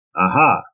aha